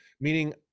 meaning